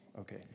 Okay